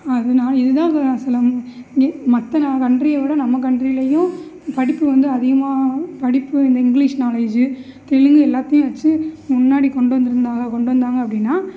அதனால இதுதான் சில மற்ற கன்ட்ரியை விட நம்ம கன்ட்ரிலேலையும் படிப்பு வந்து அதிகமாக படிப்பு இந்த இங்கிலீஷ் நாலேஜு தெலுங்கு எல்லாத்தையும் வெச்சு முன்னாடி கொண்டு வந்திருந்தாங்களா கொண்டு வந்தாங்க அப்படின்னா